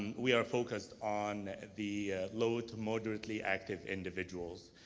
we are focused on the low to moderately-active individuals.